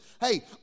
Hey